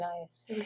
nice